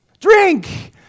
Drink